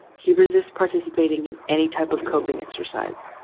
he resists participating in any type of coping exercise.